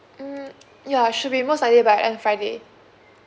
mm ya should be most likely by end friday